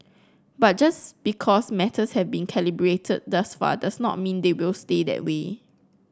but just because matters have been calibrated thus far does not mean they will stay that way